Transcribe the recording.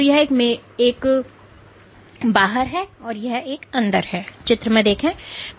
तो यह मेरा बाहर है और यह अंदर है